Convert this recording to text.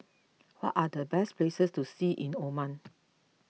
what are the best places to see in Oman